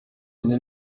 yine